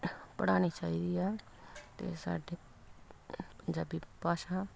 ਪੜ੍ਹਾਉਣੀ ਚਾਹੀਦੀ ਹੈ ਅਤੇ ਸਾਡੇ ਪੰਜਾਬੀ ਭਾਸ਼ਾ